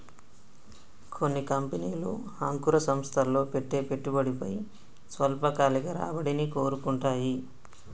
కొన్ని కంపెనీలు అంకుర సంస్థల్లో పెట్టే పెట్టుబడిపై స్వల్పకాలిక రాబడిని కోరుకుంటాయి